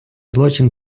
злочин